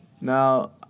Now